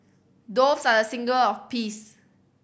doves are a symbol of peace